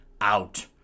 out